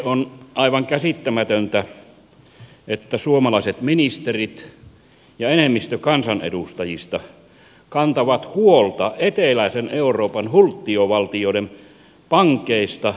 on aivan käsittämätöntä että suomalaiset ministerit ja enemmistö kansanedustajista kantavat huolta eteläisen euroopan hult tiovaltioiden pankeista